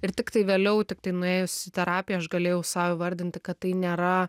ir tiktai vėliau tiktai nuėjus į terapiją aš galėjau sau įvardinti kad tai nėra